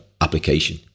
application